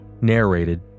Narrated